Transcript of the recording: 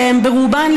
שהם ברובם,